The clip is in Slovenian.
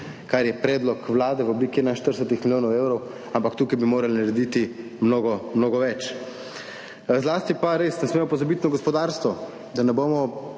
kar je predlog Vlade v obliki 41 milijonov evrov, ampak tukaj bi morali narediti mnogo, mnogo več. Zlasti pa res ne smemo pozabiti na gospodarstvo, da ne bomo